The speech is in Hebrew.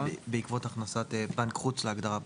בעקבות הכנסת בנק חוץ להגדרה בנק.